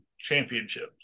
Championships